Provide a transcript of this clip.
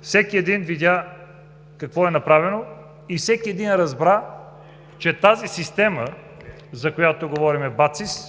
Всеки един видя какво е направено и всеки един разбра, че тази система, за която говорим – БАЦИС,